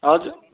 हजुर